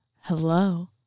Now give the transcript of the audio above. hello